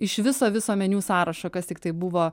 iš viso viso meniu sąrašo kas tiktai buvo